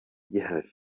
gihari